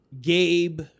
gabe